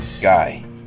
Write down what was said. guy